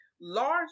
large